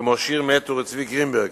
כמו שיר מאת אורי צבי גרינברג